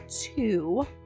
two